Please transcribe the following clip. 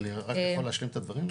אני רק יכול השלים את הדברים?